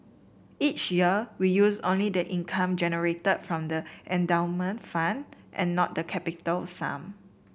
each year we use only the income generated from the endowment fund and not the capital sum